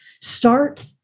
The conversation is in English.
Start